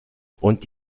und